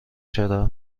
چرا